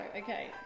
okay